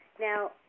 Now